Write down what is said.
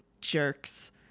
jerks